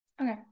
Okay